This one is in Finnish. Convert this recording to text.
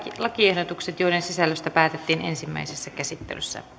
lakiehdotukset joiden sisällöstä päätettiin ensimmäisessä käsittelyssä